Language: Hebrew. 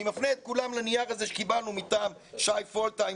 אני מפנה את כולם לנייר הזה שקיבלנו מטעם שי פולטהיים